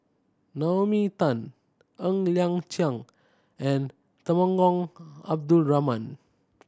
Naomi Tan Ng Liang Chiang and Temenggong Abdul Rahman